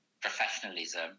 professionalism